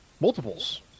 multiples